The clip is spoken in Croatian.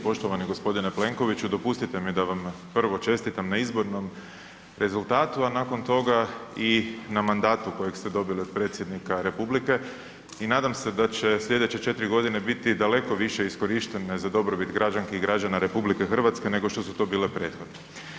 Poštovani gospodine Plenkoviću dopustite mi da vam prvo čestitam na izbornom rezultatu, a nakon toga i na mandatu kojeg ste dobili od predsjednika Republike i nadam se da će slijedeće 4 godine biti daleko više iskorištene za dobrobit građanki i građana RH nego što su to bile prethodne.